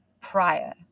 prior